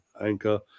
Anchor